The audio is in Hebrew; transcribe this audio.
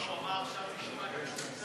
הזמן שעמד לרשות הוועדות היה